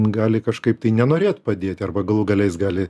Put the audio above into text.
gali kažkaip tai nenorėt padėti arba galų gale jis gali